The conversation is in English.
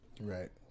Right